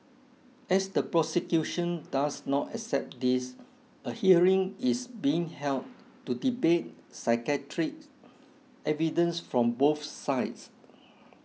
as the prosecution does not accept this a hearing is being held to debate psychiatric evidence from both sides